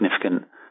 significant